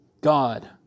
God